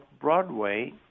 Broadway